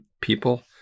people